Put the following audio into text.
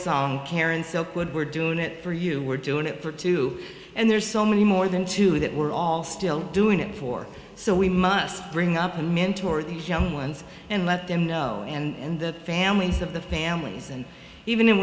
song karen silkwood we're doing it for you we're doing it for two and there's so many more than two that we're all still doing it for so we must bring up and mentor the young ones and let them know and the families of the families and even